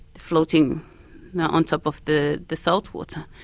floating on top of the the salt water,